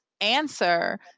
answer